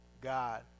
God